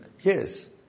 Yes